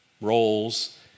roles